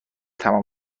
تمام